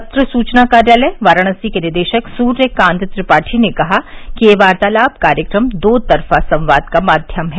पत्र सूचना कार्यालय वाराणसी के निदेशक सूर्यकांत त्रिपाठी ने कहा कि यह वार्तालाप कार्यक्रम दोतरफा संवाद का माध्यम है